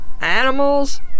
animals